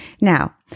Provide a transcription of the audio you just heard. Now